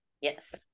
Yes